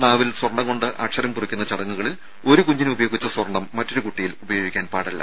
നാവിൽ സ്വർണ്ണംകൊണ്ട് അക്ഷരം കുറിക്കുന്ന ചടങ്ങുകളിൽ ഒരു കുഞ്ഞിന് ഉപയോഗിച്ച സ്വർണ്ണം മറ്റൊരു കുട്ടിയിൽ ഉപയോഗിക്കാൻ പാടില്ല